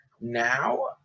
now